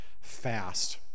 fast